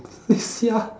blades sia